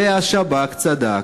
והשב"כ צדק.